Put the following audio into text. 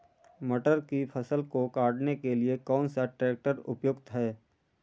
मटर की फसल को काटने के लिए कौन सा ट्रैक्टर उपयुक्त है?